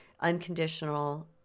unconditional